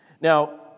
Now